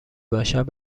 باشد